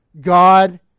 God